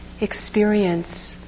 experience